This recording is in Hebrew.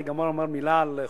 אני גם אומר מלה על חומסקי.